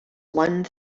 one